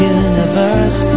universe